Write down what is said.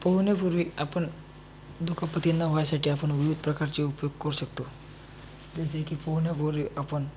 पोहण्यापूर्वी आपण दुखापती न व्हायसाठी आपण विविध प्रकारचे उपयोग करू शकतो जसे की पोहण्यापूर्वी आपण